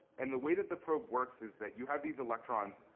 and the way that the probe works is that you have these electrons.